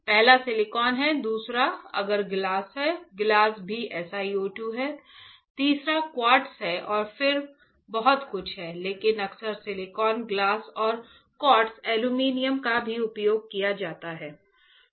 पहला सिलिकॉन है दूसरा आपका गिलास है गिलास भी SiO 2 है तीसरा क्वार्ट्ज है और फिर बहुत कुछ है लेकिन अक्सर सिलिकॉन ग्लास और क्वार्ट्ज एल्यूमिना का भी उपयोग किया जाता है